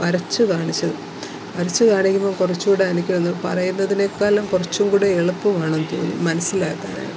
വരച്ചു കാണിച്ചത് വരച്ചുകാണിക്കുമ്പോള് കുറച്ചൂടെ എനിക്കുതോന്നുന്നു പറയുന്നതിനെക്കാളും കുറച്ചുംകൂടെ എളുപ്പമാണെന്നു തോന്നുന്നു മനസ്സിലാക്കാനായിട്ട്